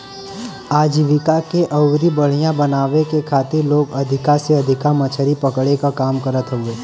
आजीविका के अउरी बढ़ियां बनावे के खातिर लोग अधिका से अधिका मछरी पकड़े क काम करत हवे